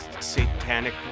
satanic